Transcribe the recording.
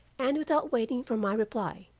and without waiting for my reply,